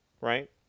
right